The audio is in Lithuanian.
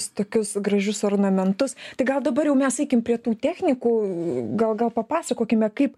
tokius gražius ornamentus tai gal dabar jau mes eikim prie tų technikų gal gal papasakokime kaip